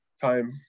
time